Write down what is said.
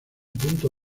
punto